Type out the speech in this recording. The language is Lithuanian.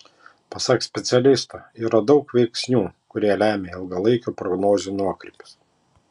pasak specialisto yra daug veiksnių kurie lemia ilgalaikių prognozių nuokrypius